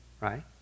right